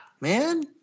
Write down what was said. man